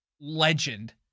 legend